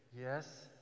Yes